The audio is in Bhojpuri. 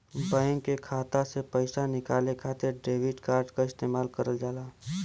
बैंक के खाता से पइसा निकाले खातिर डेबिट कार्ड क इस्तेमाल करल जाला